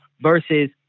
Versus